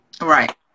Right